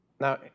now